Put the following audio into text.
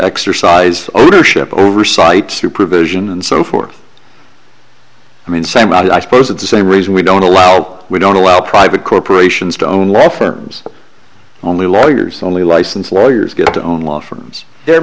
exercise ownership oversight supervision and so forth i mean same i suppose it's the same reason we don't allow we don't allow private corporations don't let firms only lawyers only license lawyers get to own law firms there